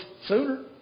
sooner